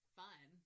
fun